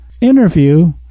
interview